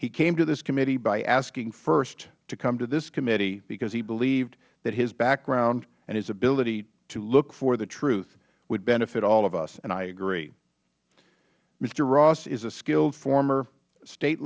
he came to this committee by asking first to come to this committee because he believed that his background and his ability to look for the truth would benefit all of us and i agree mr hross is a skilled former state